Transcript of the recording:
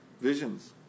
visions